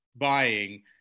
buying